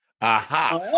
Aha